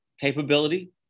capability